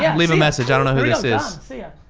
yeah leave a message i don't know who this is. yeah